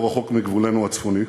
לא רחוק מגבולנו הצפוני.